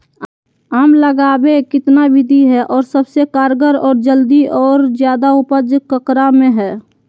आम लगावे कितना विधि है, और सबसे कारगर और जल्दी और ज्यादा उपज ककरा में है?